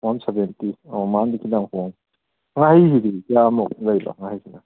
one seventy ꯑꯣ ꯃꯥꯅꯗꯤ ꯈꯤꯇꯪ ꯍꯣꯡꯉꯦ ꯉꯥꯍꯩꯁꯤꯗꯤ ꯀꯌꯥꯃꯨꯛ ꯂꯩꯕ ꯉꯥꯍꯩꯁꯤꯅ